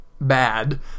bad